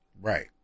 Right